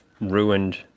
ruined